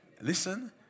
Listen